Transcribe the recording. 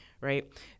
right